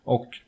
Och